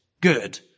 Good